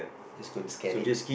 just go and scan it